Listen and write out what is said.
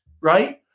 right